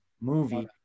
movie